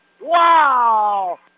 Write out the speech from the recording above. Wow